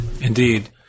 Indeed